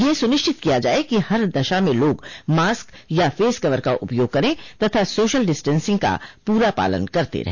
यह सुनिश्चित किया जाये कि हर दशा में लोग मास्क या फेसकवर का उपयोग करे तथा सोशल डिस्टेंसिंग का पूरा पालन करते रहे